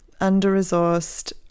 under-resourced